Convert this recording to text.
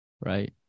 Right